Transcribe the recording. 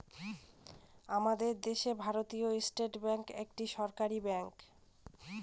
আমাদের দেশে ভারতীয় স্টেট ব্যাঙ্ক এক সরকারি ব্যাঙ্ক